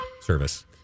service